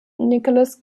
nicholas